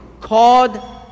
called